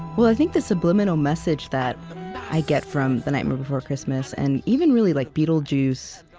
well, i think the subliminal message that i get from the nightmare before christmas and even, really, like beetlejuice,